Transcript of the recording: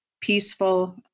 peaceful